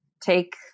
take